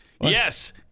Yes